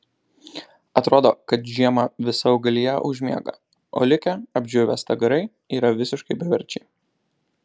atrodo kad žiemą visa augalija užmiega o likę apdžiūvę stagarai yra visiškai beverčiai